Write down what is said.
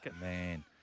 Man